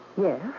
Yes